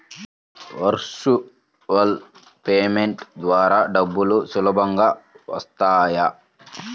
Virtual payment ద్వారా డబ్బులు సులభంగా వస్తాయా?